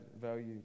value